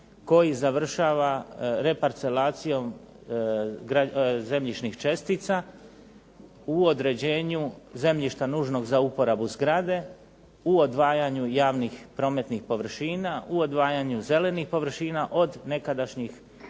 koji završava reparcelacijom zemljišnih čestica u određenju zemljišta nužnog za uporabu zgrade u odvajanju javnih prometnih površina, u odvajanju zelenih površina od nekadašnjih čestica